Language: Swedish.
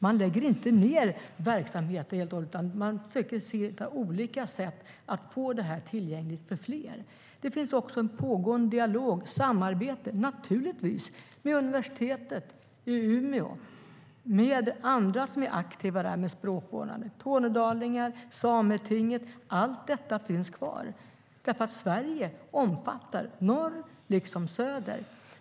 Man lägger inte ned verksamhet, utan man försöker på olika sätt att göra materialet tillgängligt för fler. Det finns också en pågående dialog och ett samarbete, naturligtvis med universitetet i Umeå och med andra som är aktiva med språkvårdande, bland annat tornedalingar och sametinget. Allt detta finns kvar. Sverige omfattar norr liksom söder.